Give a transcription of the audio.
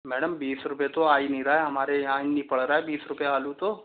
madam बीस रुपए तो आ ही नहीं रहा है हमारे यहाँ ही नहीं पड़ रहा है बीस रुपए आलू तो